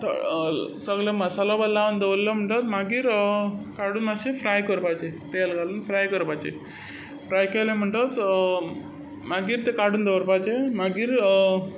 सगलें मसालो बी लावन दवल्लें म्हणटोच मागीर काडून मातशें फ्राय करपाचें तेल घालून फ्राय करपाचें फ्राय केलो म्हणटकच मागीर तें काडून दवरपाचें मागीर